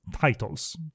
titles